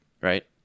right